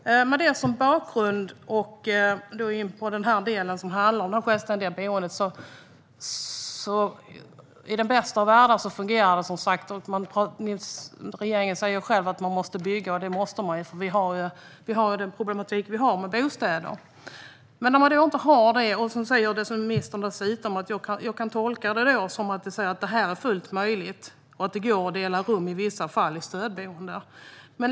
Med det som bakgrund vill jag gå in på den del som handlar om självständigt boende. I den bästa av världar fungerar det som sagt. Regeringen säger själv att man måste bygga, och det måste man, för vi har den problematik vi har med bostäder. Jag kan göra tolkningen att det här är fullt möjligt och att det i vissa fall går att dela rum i stödboenden.